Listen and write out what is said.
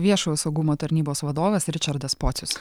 viešojo saugumo tarnybos vadovas ričardas pocius